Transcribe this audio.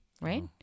right